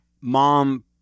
mom